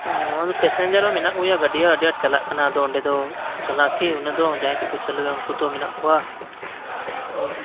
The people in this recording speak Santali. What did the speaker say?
ᱢᱩᱞ ᱯᱮᱥᱮᱧᱡᱟᱨ ᱦᱚᱸ ᱢᱮᱱᱟᱜ ᱠᱚᱜᱮᱭᱟ ᱟᱹᱰᱤ ᱟᱸᱴ ᱪᱟᱞᱟᱜ ᱠᱟᱱᱟ ᱟᱫᱚ ᱪᱟᱞᱟᱜ ᱟᱠᱤ ᱩᱱᱟᱹᱜ ᱫᱚ ᱡᱟᱦᱟᱸᱭ ᱠᱩ ᱪᱟᱞᱩᱭᱮᱫᱟ ᱩᱱᱠᱩ ᱛᱚ ᱢᱮᱱᱟᱜ ᱠᱚᱣᱟ ᱛᱚ